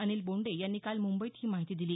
अनिल बोंडे यांनी काल मुंबईत ही माहिती दिली